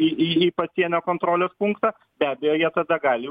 į į į pasienio kontrolės punktą be abejo jie tada gali